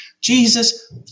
Jesus